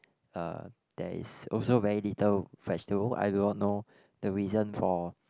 uh there is also very little vegetable I do not know the reason for